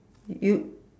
you